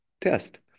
test